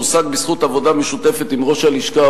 אשר הושג בזכות עבודה משותפת עם ראש הלשכה,